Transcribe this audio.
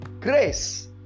Grace